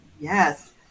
yes